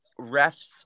refs